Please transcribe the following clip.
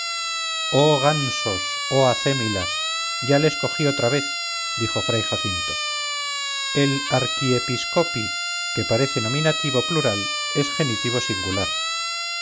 oh gansos oh acémilas ya les cogí otra vez dijo fray jacinto el archiepiscopi que parece nominativo plural es genitivo singular